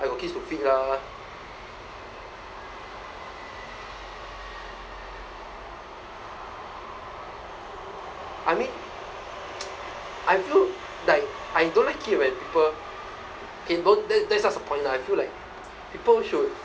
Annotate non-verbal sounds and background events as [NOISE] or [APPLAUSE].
I will kiss your feet lah I mean [NOISE] I feel like I don't like it when people okay don't th~ that's just the point lah I feel like people should